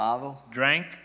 drank